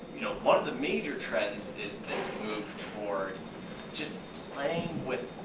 you know, one of the major trends is this move toward just playing with,